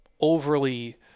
overly